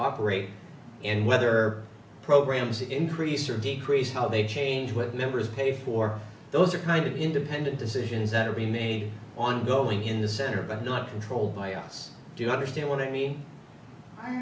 operate and whether programs increase or decrease how they change what members pay for those are kind of independent decisions that are being made ongoing in the center but not controlled by us do you understand what i mean